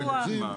פיקוח.